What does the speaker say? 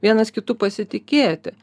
vienas kitu pasitikėti